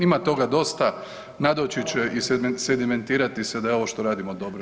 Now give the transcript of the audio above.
Ima toga dosta, nadoći će i sedimentirati se da je ovo što radimo dobro.